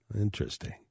Interesting